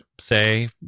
say